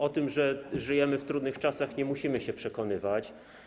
O tym, że żyjemy w trudnych czasach, nie musimy się przekonywać.